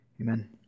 Amen